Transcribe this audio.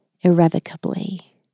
Irrevocably